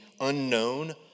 unknown